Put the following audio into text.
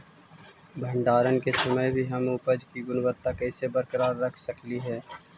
भंडारण के समय भी हम उपज की गुणवत्ता कैसे बरकरार रख सकली हे?